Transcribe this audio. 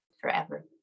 forever